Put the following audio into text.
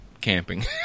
camping